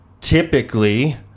typically